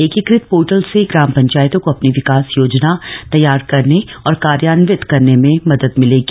एकीकृत पोर्टल से ग्राम पंचायतों को अपनी विकास योजना तैयार और कार्यान्वित करने में मदद मिलेगी